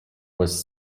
was